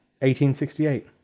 1868